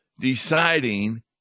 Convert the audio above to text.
deciding